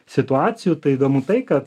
situacijų tai įdomu tai kad